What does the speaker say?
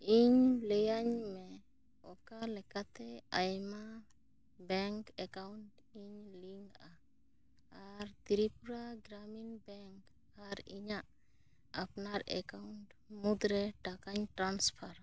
ᱤᱧ ᱞᱟᱹᱭᱟᱹᱧ ᱢᱮ ᱚᱠᱟ ᱞᱮᱠᱟᱛᱮ ᱟᱭᱢᱟ ᱵᱮᱝᱠ ᱮᱠᱟᱣᱩᱱᱴᱤᱧ ᱞᱤᱝᱠᱼᱟ ᱟᱨ ᱛᱨᱤᱯᱩᱨᱟ ᱜᱨᱟᱢᱤᱱ ᱵᱮᱝᱠ ᱟᱨ ᱤᱧᱟᱹᱜ ᱟᱯᱱᱟᱨ ᱮᱠᱟᱣᱩᱱᱴ ᱢᱩᱫᱽᱨᱮ ᱴᱟᱠᱟᱧ ᱴᱨᱟᱱᱥᱯᱷᱟᱨᱟ